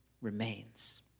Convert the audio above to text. remains